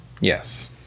Yes